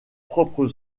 propre